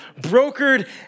brokered